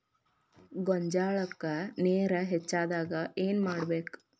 ಗೊಂಜಾಳಕ್ಕ ನೇರ ಹೆಚ್ಚಾದಾಗ ಏನ್ ಮಾಡಬೇಕ್?